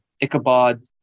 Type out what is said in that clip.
ichabod